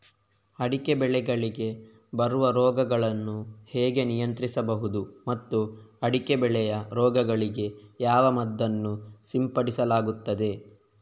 ಅಡಿಕೆ ಬೆಳೆಗಳಿಗೆ ಬರುವ ರೋಗಗಳನ್ನು ಹೇಗೆ ನಿಯಂತ್ರಿಸಬಹುದು ಮತ್ತು ಅಡಿಕೆ ಬೆಳೆಯ ರೋಗಗಳಿಗೆ ಯಾವ ಮದ್ದನ್ನು ಸಿಂಪಡಿಸಲಾಗುತ್ತದೆ?